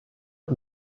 not